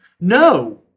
No